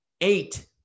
Eight